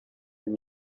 and